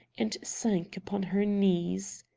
and sank upon her knees.